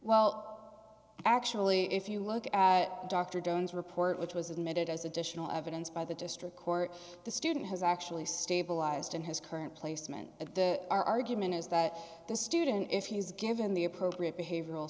well actually if you look at dr jones report which was admitted as additional evidence by the district court the student has actually stabilized in his current placement at the argument is that the student if he's given the appropriate behavioral